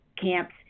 camps